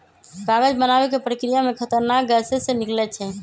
कागज बनाबे के प्रक्रिया में खतरनाक गैसें से निकलै छै